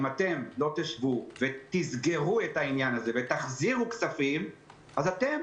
אם אתם לא תסגרו את העניין הזה ותחזירו כספים אז אתם